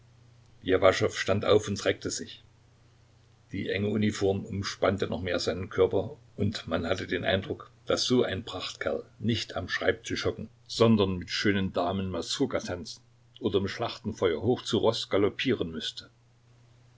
ljewaschow stand auf und reckte sich die enge uniform umspannte noch mehr seinen körper und man hatte den eindruck daß so ein prachtkerl nicht am schreibtisch hocken sondern mit schönen damen mazurka tanzen oder im schlachtenfeuer hoch zu roß galoppieren müßte